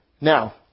now